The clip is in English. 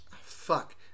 fuck